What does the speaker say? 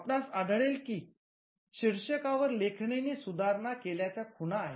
आपणास आढळेल की शीर्षकावर लेखणीने सुधारणा केल्याच्या खुणा आहेत